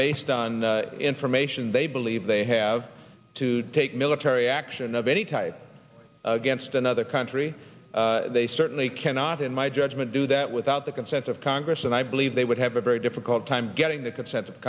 based on information they believe they have to take military action of any type against another country they certainly cannot in my judgment do that without the consent of congress and i believe they would have a very difficult time getting the consen